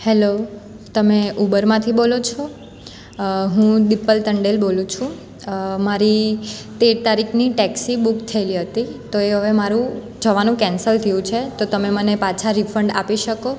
hello તમે ઉબરમાંથી બોલો છો હું દિપ્પલ ટંડેલ બોલું છું મારી તેર તારીખની ટેક્સી બુક થએલી હતી તો હવે મારું જવાનું કેન્સલ થયું છે તો તમે મને પાછા રિફંડ આપી શકો